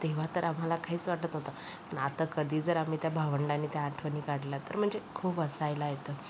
तेव्हा तर आम्हाला काहीच वाटत नव्हतं पण आता कधी जर आम्ही त्या भावंडानी त्या आठवणी काढल्या तर म्हणजे खूप हसायला येतं